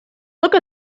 look